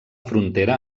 frontera